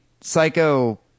psycho